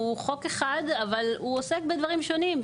הוא חוק אחד והוא עוסק בדברים שונים,